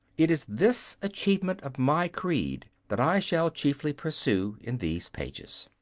it is this achievement of my creed that i shall chiefly pursue in these pages.